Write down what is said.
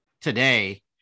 today